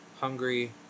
hungry